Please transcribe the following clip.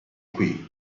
qui